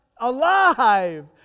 alive